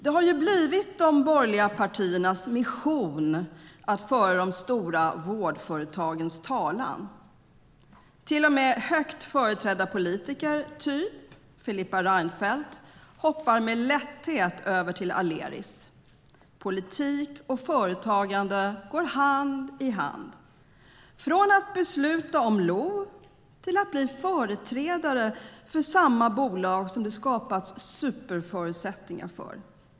Det har blivit de borgerliga partiernas mission att föra de stora vårdföretagens talan. Till och med högt företrädda politiker, typ Filippa Reinfeldt, hoppar med lätthet över till Aleris. Politik och företagande går hand i hand. Efter att ha beslutat om LOV kan man bli företrädare för samma bolag som det skapats superförutsättningar för.